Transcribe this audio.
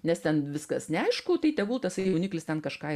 nes ten viskas neaišku tai tegul tasai jauniklis ten kažką